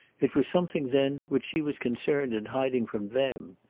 it was something, then, which she was concerned in hiding from them.